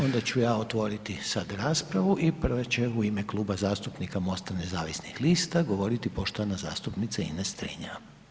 Onda ću ja otvoriti sad raspravu i prva će u ime Kluba zastupnika MOST-a nezavisnih lista govoriti poštovana zastupnica Ines Strenja.